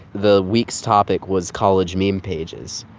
the week's topic was college meme pages.